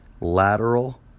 lateral